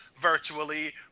virtually